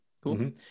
cool